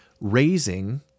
raising